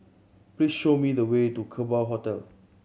please show me the way to Kerbau Hotel